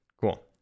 Cool